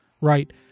right